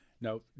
No